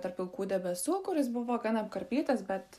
tarp pilkų debesų kuris buvo gan apkarpytas bet